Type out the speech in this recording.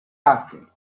danken